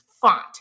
font